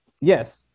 yes